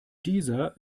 dieser